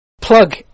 plug